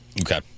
okay